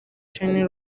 china